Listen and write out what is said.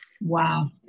Wow